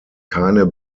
keine